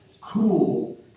Cool